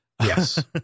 Yes